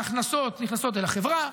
ההכנסות נכנסות אל החברה.